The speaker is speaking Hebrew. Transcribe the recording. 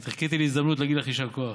חיכיתי להזדמנות להגיד לך יישר כוח.